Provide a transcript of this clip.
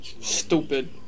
Stupid